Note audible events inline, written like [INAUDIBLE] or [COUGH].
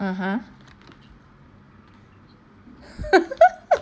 (uh huh) [LAUGHS]